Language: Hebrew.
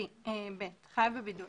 (ב)חייב בבידוד